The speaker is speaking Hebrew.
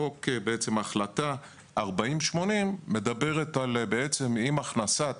החלטה 4080 מדברת על כך שעם הכנסת